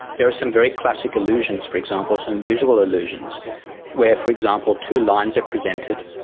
there are some very classic illusions, for example, some visual illusions where, for example, two lines are presented,